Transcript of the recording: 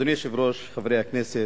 אדוני היושב-ראש, חברי הכנסת,